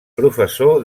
professor